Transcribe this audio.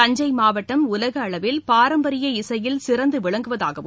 தஞ்சை மாவட்டம் உலக அளவில் பாரம்பரிய இசையில் சிறந்து விளங்குவதாகவும்